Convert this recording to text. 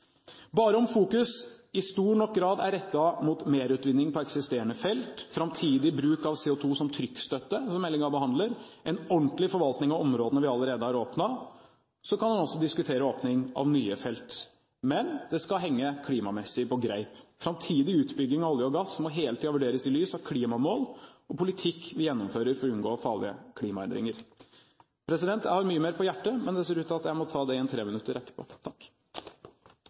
Bare om fokus i stor nok grad er rettet mot merutvinning på eksisterende felt, framtidig bruk av CO2 som trykkstøtte, som meldingen behandler, og en ordentlig forvaltning av områdene vi allerede har åpnet, kan man diskutere åpning av nye felt. Men det skal henge klimamessig på greip. Framtidig utbygging av olje og gass må hele tiden vurderes i lys av klimamål og politikk vi gjennomfører for å unngå farlige klimaendringer. Jeg har mye mer på hjertet, men det ser ut til at jeg må ta det